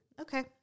Okay